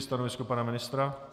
Stanovisko pana ministra?